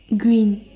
green